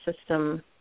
system